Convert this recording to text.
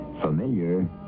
familiar